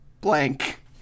blank